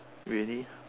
really